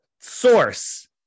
Source